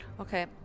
Okay